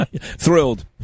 Thrilled